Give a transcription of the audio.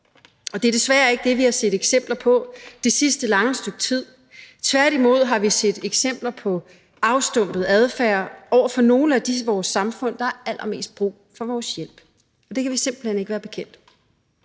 Og det er desværre ikke det, vi har set eksempler på det sidste lange stykke tid. Tværtimod har vi set eksempler på afstumpet adfærd over for nogle af dem i vores samfund, der har allermest brug for vores hjælp, og det kan vi simpelt hen ikke være bekendt.